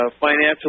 financial